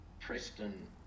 Preston